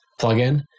plugin